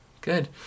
Good